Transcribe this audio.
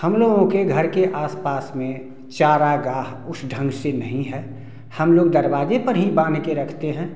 हम लोगों के घर के आसपास में चारागाह उस ढंग से नहीं है हम लोग दरवाजे पर ही बांध के रखते हैं